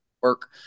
work